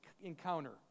encounter